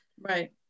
Right